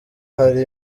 hari